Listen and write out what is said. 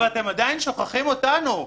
אבל אתם עדיין שוכחים אותנו.